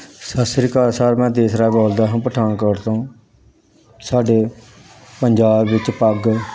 ਸਤਿ ਸ਼੍ਰੀ ਅਕਾਲ ਸਰ ਮੈਂ ਦੇਸ ਰਾਜ ਬੋਲਦਾ ਹਾਂ ਪਠਾਨਕੋਟ ਤੋਂ ਸਾਡੇ ਪੰਜਾਬ ਵਿੱਚ ਪੱਗ